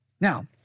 Now